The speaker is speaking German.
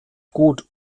gut